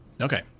Okay